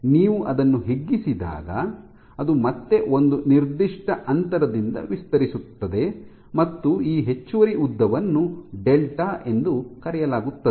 ನೀವು ಅದನ್ನು ಹಿಗ್ಗಿಸಿದಾಗ ಅದು ಮತ್ತೆ ಒಂದು ನಿರ್ದಿಷ್ಟ ಅಂತರದಿಂದ ವಿಸ್ತರಿಸುತ್ತದೆ ಮತ್ತು ಈ ಹೆಚ್ಚುವರಿ ಉದ್ದವನ್ನು ಡೆಲ್ಟಾ ಎಂದು ಕರೆಯಲಾಗುತ್ತದೆ